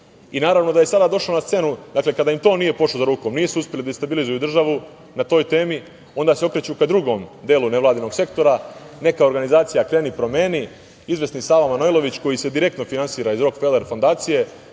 plaćeni da rade protiv svoje države. Kada im to nije pošlo za rukom, nisu uspeli da destabilizuju državu na toj temi, onda se okreću ka drugom delu nevladinog sektora, neka organizacija „Kreni-promeni“, izvesni Sava Manojlović koji se direktno finansira iz Rokfeler fondacije